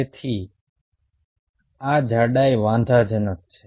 તેથી જ આ જાડાઈ વાંધાજનક છે